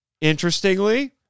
interestingly